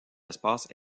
espace